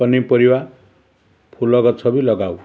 ପନିପରିବା ଫୁଲ ଗଛ ବି ଲଗାଉ